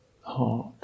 heart